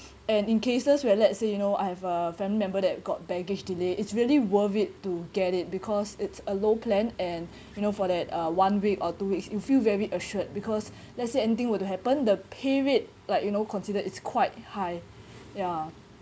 and in cases where let's say you know I have a family member that got baggage delay it's really worth it to get it because it's a low plan and you know for that uh one week or two weeks you feel very assured because let's say anything were to happen the pay rate like you know consider it's quite high ya